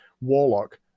warlock